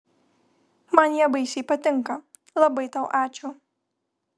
man jie baisiai patinka labai tau ačiū